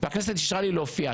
והכנסת אישרה לי להופיע.